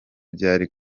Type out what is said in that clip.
byari